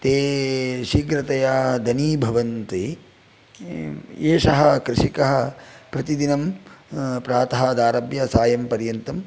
ते शीघ्रतया धनी भवन्ति एषः कृषिकः प्रतिदिनं प्रातरारभ्य सायं पर्यन्तं